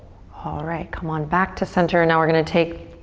alright, come on back to center. now we're gonna take